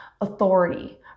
authority